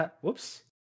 whoops